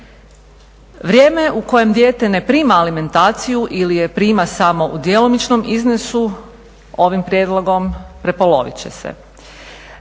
Vrijeme u kojem dijete ne prima alimentaciju ili je prima samo u djelomičnom iznosu ovim prijedlogom prepolovit će se.